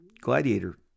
Gladiator